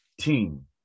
team